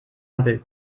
ampel